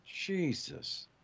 Jesus